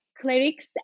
clerics